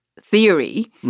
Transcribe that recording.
theory